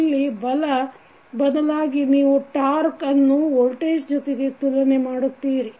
ಇಲ್ಲಿ ಬಲ ಬದಲಾಗಿ ನೀವು ಟಾಕ್೯ ಅನ್ನು ವೋಲ್ಟೇಜ್ ಜೊತೆಗೆ ತುಲನೆ ಮಾಡುತ್ತೀರಿ